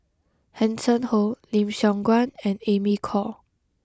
Hanson Ho Lim Siong Guan and Amy Khor